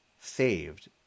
saved